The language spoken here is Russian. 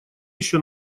еще